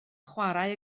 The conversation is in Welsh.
chwarae